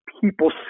people